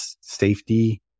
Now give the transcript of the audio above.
safety